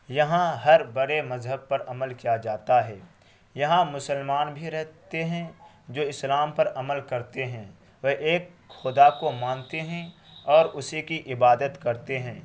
یہاں ہر بڑے مذہب پر عمل کیا جاتا ہے یہاں مسلمان بھی رہتے ہیں جو اسلام پر عمل کرتے ہیں وہ ایک خدا کو مانتے ہیں اور اسی کی عبادت کرتے ہیں